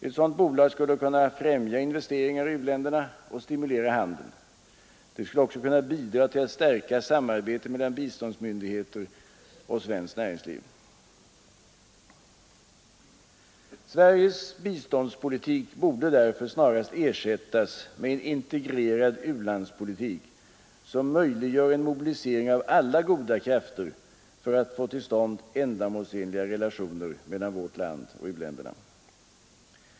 Ett sådant bolag skulle kunna främja investeringar i u-länderna och stimulera handeln. Det skulle också kunna bidra till att stärka samarbetet mellan biståndsmyndigheter och svenskt näringsliv. Sveriges biståndspolitik borde därför snarast ersättas med en integrerad u-landspolitik, som möjliggör en mobilisering av alla goda krafter för att få till stånd ändamålsenliga relationer mellan vårt land och u-länderna.